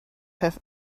have